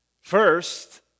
First